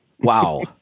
Wow